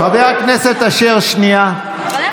חבר הכנסת אשר, שנייה.